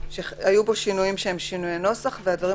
היו בו שינויים שהם שינויי נוסח והדברים